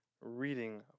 reading